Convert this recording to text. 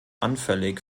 anfällig